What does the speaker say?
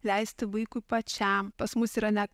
leisti vaikui pačiam pas mus yra ne